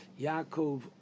Yaakov